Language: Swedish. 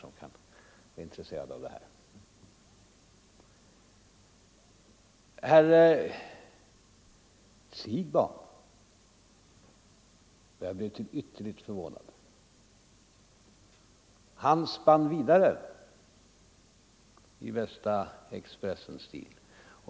Jag blev till ytterlighet förvånad när herr Siegbahn spann vidare i bästa Expressenstil.